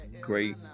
great